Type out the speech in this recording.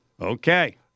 Okay